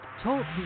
talk